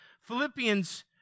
Philippians